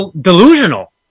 delusional